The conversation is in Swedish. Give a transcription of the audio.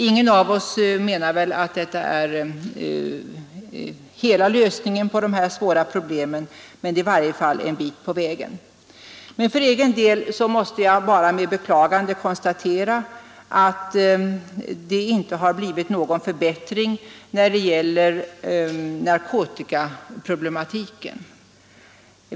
Ingen av oss menar väl att detta är hela lösningen på de här svåra problemen, men det är i varje fall en bit på vägen. För egen del måste jag med beklagande konstatera att det inte har blivit någon förbättring när det gäller narkotikaområdet.